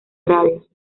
radios